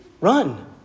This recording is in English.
Run